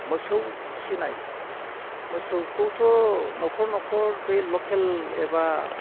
मोसौ फिसिनाय मोसौखौथ' न'खर न'खर बे लकेल एबा